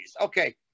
Okay